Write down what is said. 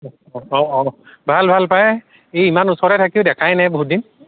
অঁ ভাল ভাল পায় এই ইমান ওচৰতে থাকিও দেখাই নাই বহুতদিন